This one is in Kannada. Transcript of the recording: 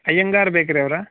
ಅಯ್ಯಂಗಾರ್ ಬೇಕ್ರಿ ಅವರಾ